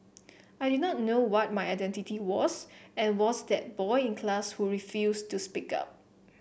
I did not know what my identity was and was that boy in class who refused to speak up